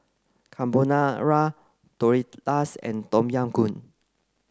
Carbonara Tortillas and Tom Yam Goong